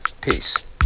Peace